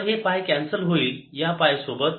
तर हे पाय कॅन्सल होईल या पाय सोबत